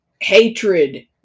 hatred